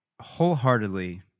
wholeheartedly